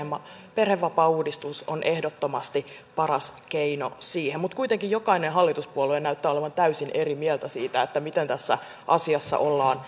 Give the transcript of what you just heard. perhevapaauudistus on ehdottomasti paras keino siihen mutta kuitenkin jokainen hallituspuolue näyttää olevan täysin eri mieltä siitä miten tässä asiassa ollaan